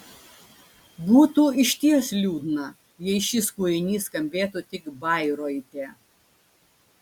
būtų išties liūdna jei šis kūrinys skambėtų tik bairoite